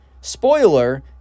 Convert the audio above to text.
spoiler